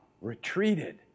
retreated